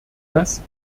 das